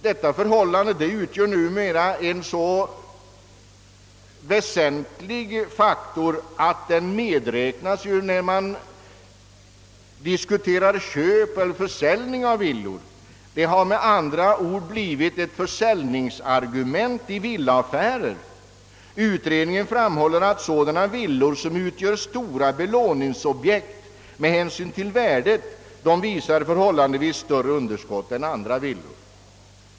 Detta förhållande utgör numera en så väsentlig faktor att det medräknas när man diskuterar köp eller försäljning av villor. Det har med andra ord blivit ett försäljningsargument vid villaaffärer. Utredningen framhåller att sådana villor som utgör stora belåningsobjekt med hänsyn till värdet visar förhållandevis större underskott än andra villor.